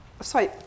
sorry